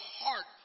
heart